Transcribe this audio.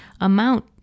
amount